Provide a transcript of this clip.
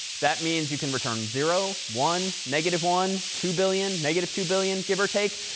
that means you can return zero, one, negative one, two billion, negative two billion give or take.